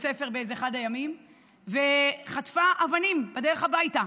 הספר באחד הימים וחטפה אבנים בדרך הביתה,